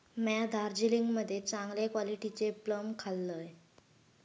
म्या दार्जिलिंग मध्ये चांगले क्वालिटीचे प्लम खाल्लंय